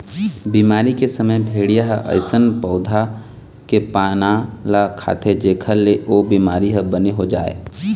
बिमारी के समे भेड़िया ह अइसन पउधा के पाना ल खाथे जेखर ले ओ बिमारी ह बने हो जाए